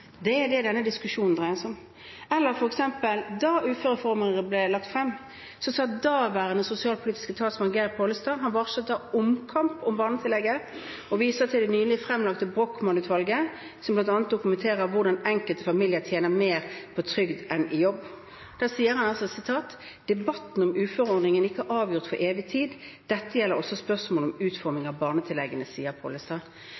Det er det denne diskusjonen dreier seg om. Eller f.eks.: Da uførereformen ble lagt frem, varslet daværende sosialpolitiske talsmann for Senterpartiet, Geir Pollestad, omkamp om barnetillegget og viste til den nylig fremlagte rapporten fra Brochmann-utvalget, som bl.a. dokumenterer hvordan enkelte familier tjener mer på trygd enn i jobb. Pollestad sa: «Debatten om uføreordningen er ikke avgjort til evig tid. Dette gjelder også spørsmålet om